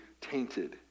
tainted